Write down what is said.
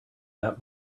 that